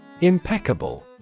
Impeccable